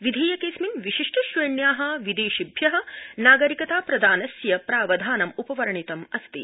विधेयकेऽस्मिन् विशिष्ट श्रेण्या विदेशिभ्य नागरिकता प्रदानस्य प्रावधानम् उपवर्णितमस्ति